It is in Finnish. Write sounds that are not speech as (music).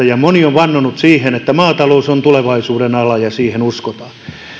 (unintelligible) ja moni on vannonut että maatalous on tulevaisuuden ala ja siihen uskotaan